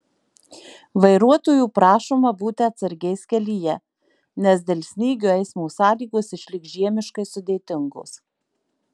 vairuotojų prašoma būti atsargiais kelyje nes dėl snygio eismo sąlygos išliks žiemiškai sudėtingos